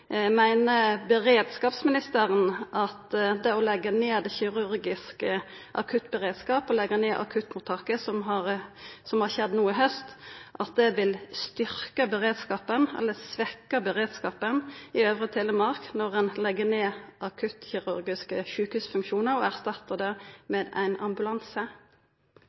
Meiner beredskapsministeren at det å leggja ned kirurgisk akuttberedskap og akuttmottaket, slik som har skjedd no i haust, vil styrkja beredskapen eller svekkja beredskapen i Øvre Telemark, at ein legg ned akuttkirurgiske sjukehusfunksjonar og erstattar dei med ein ambulanse?